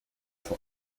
vor